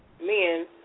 men